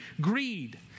Greed